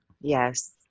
yes